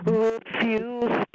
refuse